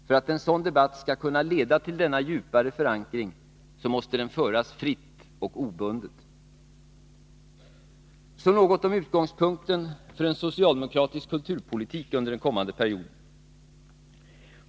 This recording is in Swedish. För att en sådan debatt skall kunna leda till denna djupare förankring måste den föras fritt och obundet. Så något om utgångspunkten för en socialdemokratisk kulturpolitik under den kommande perioden.